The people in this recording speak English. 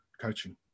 coaching